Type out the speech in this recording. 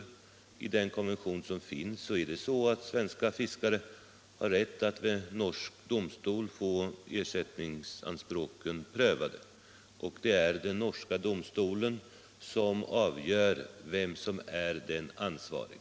Enligt den konvention som finns har svenska fiskare rätt att vid norsk domstol få ersättningsanspråken prövade, och det är den norska domstolen som avgör vem som är ansvarig.